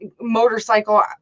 motorcycle